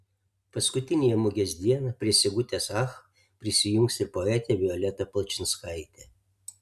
paskutiniąją mugės dieną prie sigutės ach prisijungs ir poetė violeta palčinskaitė